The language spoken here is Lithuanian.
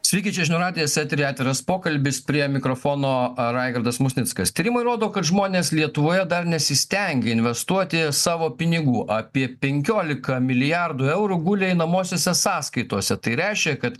sveiki čia žinių radijas eteryje atviras pokalbis prie mikrofono raigardas musnickas tyrimai rodo kad žmonės lietuvoje dar nesistengia investuoti savo pinigų apie penkioliką milijardų eurų guli einamosiose sąskaitose tai reiškia kad